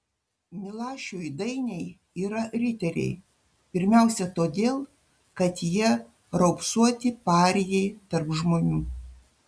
milašiui dainiai yra riteriai pirmiausia todėl kad jie raupsuoti parijai tarp žmonių